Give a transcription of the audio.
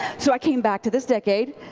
so i came back to this decade.